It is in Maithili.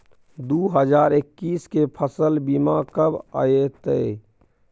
दु हजार एक्कीस के फसल बीमा कब अयतै?